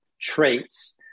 traits